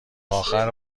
اخر